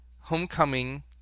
homecoming